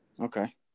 Okay